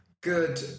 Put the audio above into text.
good